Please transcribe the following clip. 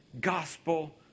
gospel